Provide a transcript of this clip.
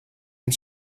and